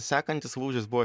sekantis lūžis buvo